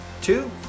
Two